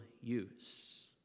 use